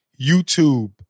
YouTube